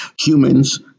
humans